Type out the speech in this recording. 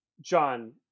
John